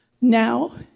now